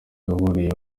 wihariye